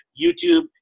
YouTube